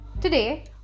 Today